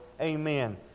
Amen